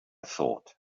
thought